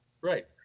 right